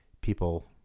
people